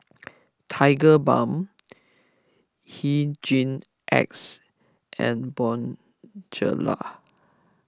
Tigerbalm Hygin X and Bonjela